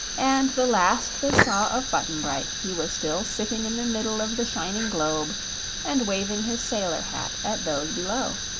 and the last they saw of button-bright he was still sitting in the middle of the shining globe and waving his sailor hat at those below.